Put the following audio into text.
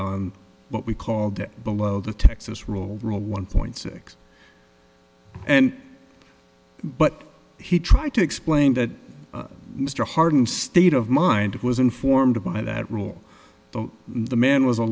on what we called it below the texas rule rule one point six and but he tried to explain that mr harden state of mind was informed by that rule the man was a